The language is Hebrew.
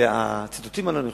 והציטוטים הלא-נכונים,